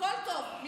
הכול טוב,